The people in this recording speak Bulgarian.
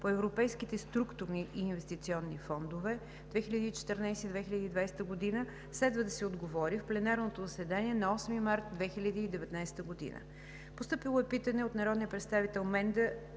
по европейските структурни и инвестиционни фондове 2014 – 2020 г. Следва да се отговори в пленарното заседание на 8 март 2019 г. - народния представител Менда